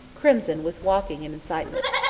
crimson with walking and excitement.